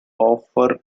offer